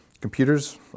computers